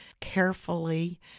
carefully